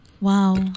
Wow